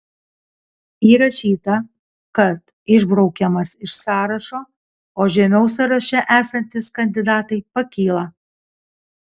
įrašyta kad išbraukiamas iš sąrašo o žemiau sąraše esantys kandidatai pakyla